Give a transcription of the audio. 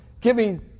giving